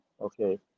okay